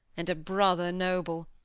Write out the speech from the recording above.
and a brother noble,